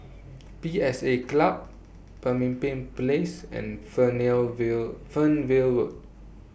P S A Club Pemimpin Place and Fernvale Road